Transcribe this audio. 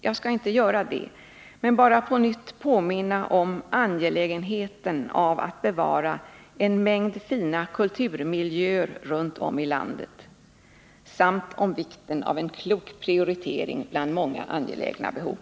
Jag skall inte göra det men bara på nytt påminna om angelägenheten av att bevara en mängd fina kulturmiljöer runt om i landet samt om vikten av en klok prioritering bland många angelägna behov.